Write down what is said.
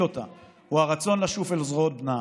אותה הוא הרצון לשוב אל זרועות בנה,